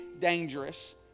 dangerous